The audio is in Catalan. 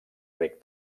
ric